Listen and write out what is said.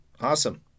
Awesome